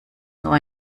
nur